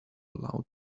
loud